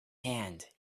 hand